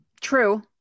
True